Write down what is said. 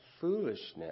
foolishness